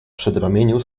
przedramieniu